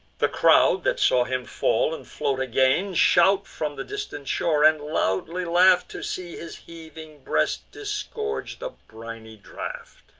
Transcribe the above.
the crowd, that saw him fall and float again, shout from the distant shore and loudly laugh'd, to see his heaving breast disgorge the briny draught.